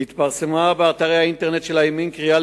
התפרסמה באתרי האינטרנט של הימין קריאה